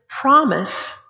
promise